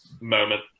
moment